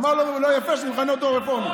אמר: לא יפה שאני מכנה אותו רפורמי.